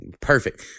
perfect